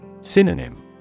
Synonym